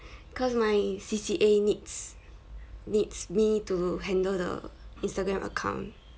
cause my C_C_A needs needs me to handle the instagram account